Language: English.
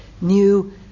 new